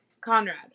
Conrad